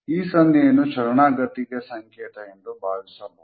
ಈ ಸನ್ನೆಯನ್ನು ಶರಣಾಗತಿಗೆ ಸಂಕೇತ ಎಂದು ಭಾವಿಸಬಹುದು